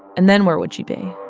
and then where would she be?